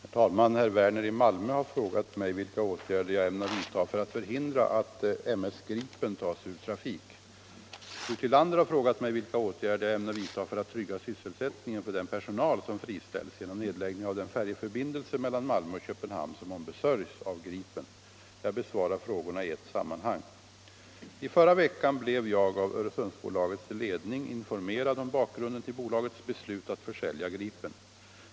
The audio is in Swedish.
Herr talman! Herr Werner i Malmö har frågat mig vilka åtgärder jag ämnar vidta för att förhindra att m/s Gripen tas ur trafik. Fru Tillander har frågat mig vilka åtgärder jag ämnar vidta för att trygga sysselsättningen för den personal som friställs genom nedläggning av den färjeförbindelse mellan Malmö och Köpenhamn som ombesörjs av ”Gripen”. Jag besvarar frågorna i ett sammanhang. I förra veckan blev jag av Öresundsbolagets ledning informerad om bakgrunden till bolagets beslut att försälja ”Gripen”.